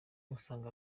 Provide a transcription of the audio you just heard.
usanga